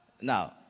Now